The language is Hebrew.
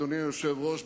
אדוני היושב-ראש,